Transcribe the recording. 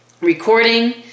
recording